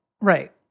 Right